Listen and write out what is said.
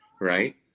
right